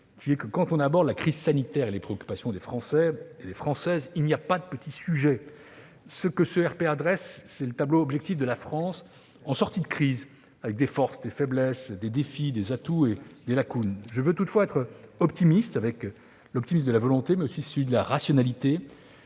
: lorsque l'on aborde la crise sanitaire et les préoccupations des Françaises et des Français, il n'y a pas de petit sujet. Le rapport dresse un tableau objectif de la France en sortie de crise, avec des forces et des faiblesses, des défis à relever ainsi que des atouts et des lacunes. Je veux être optimiste, avec l'optimisme de la volonté, mais aussi celui de la rationalité.